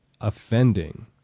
offending